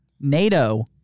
NATO